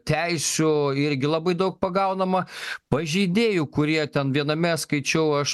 teisių irgi labai daug pagaunama pažeidėjų kurie ten viename skaičiau aš